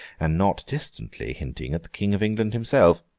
and not distantly hinting at the king of england himself.